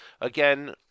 Again